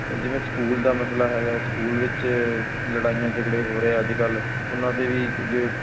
ਅਤੇ ਜਿਵੇਂ ਸਕੂਲ ਦਾ ਮਸਲਾ ਹੈਗਾ ਸਕੂਲ ਵਿੱਚ ਲੜਾਈਆਂ ਝਗੜੇ ਹੋ ਰਹੇ ਆ ਅੱਜ ਕੱਲ੍ਹ ਉਹਨਾਂ 'ਤੇ ਵੀ ਕੁਝ